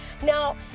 Now